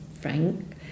Frank